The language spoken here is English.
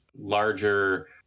larger